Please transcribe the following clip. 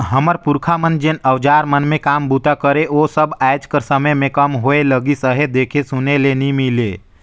हमर पुरखा मन जेन अउजार मन मे काम बूता करे ओ सब आएज कर समे मे कम होए लगिस अहे, देखे सुने ले नी मिले